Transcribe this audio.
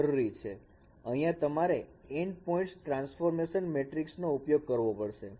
અહીંયા તમારે n point transformation matrix નો ઉપયોગ કરવો પડશે